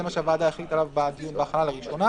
מה שהוועדה החליטה עליו בהכנה לקריאה הראשונה.